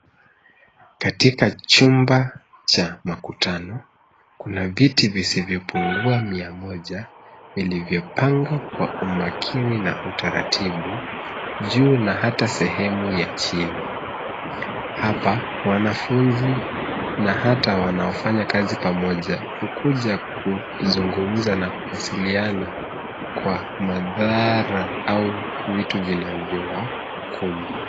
Katika chumba cha makutano, kuna viti visivyopungua mia moja, vilivyopanga kwa umakini na utaratibu juu na hata sehemu ya chini, hapa, wanafunzi na hata wanaofanya kazi pamoja hukuja kuzungumza na kuwasiliana kwa madhara au vitu vinavyowakumba.